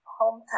hometown